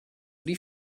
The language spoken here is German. die